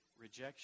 rejection